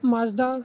Mazda